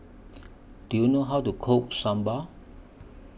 Do YOU know How to Cook Sambar